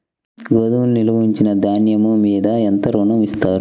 గోదాములో నిల్వ ఉంచిన ధాన్యము మీద ఎంత ఋణం ఇస్తారు?